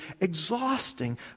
exhausting